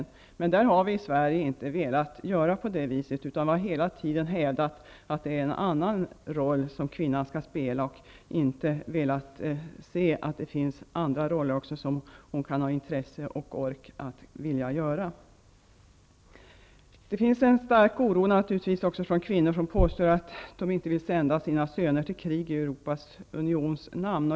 Det har vi i Sverige inte velat göra. Vi har hela tiden hävdat att det är en annan roll som kvinnan skall spela. Vi har inte velat se att det också finns andra roller som hon kan ha intresse och ork att spela. Det finns även en stor oro från kvinnor som påstår att de inte vill sända sina söner till krig i Europeiska unionens namn.